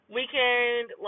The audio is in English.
weekend